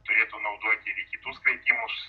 turėtų naudoti ir į kitus kvietimus